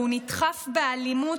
והוא נדחף באלימות,